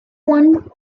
one